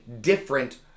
different